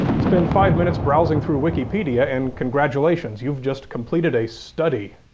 spend five minutes browsing through wikipedia, and congratulations, you've just completed a study.